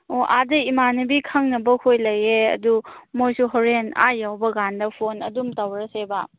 ꯑꯣ ꯑꯗꯒꯤ ꯏꯃꯥꯟꯅꯕꯤ ꯈꯪꯅꯕ ꯈꯣꯏ ꯂꯩꯌꯦ ꯑꯗꯨ ꯃꯣꯏꯁꯨ ꯍꯣꯔꯦꯟ ꯑꯥ ꯌꯧꯕ ꯀꯥꯟꯗ ꯐꯣꯟ ꯑꯗꯨꯝ ꯇꯧꯔꯁꯦꯕ